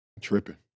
Tripping